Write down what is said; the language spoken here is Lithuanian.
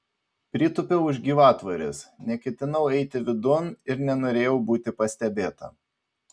pritūpiau už gyvatvorės neketinau eiti vidun ir nenorėjau būti pastebėta